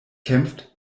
kämpft